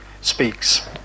speaks